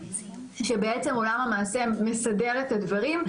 שבעצם עולם המעשה מסדר את הדברים,